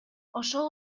ошол